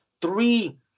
Three